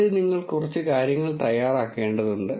ആദ്യം നിങ്ങൾ കുറച്ച് കാര്യങ്ങൾ തയ്യാറാക്കേണ്ടതുണ്ട്